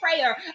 prayer